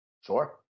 Sure